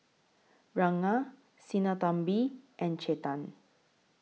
Ranga Sinnathamby and Chetan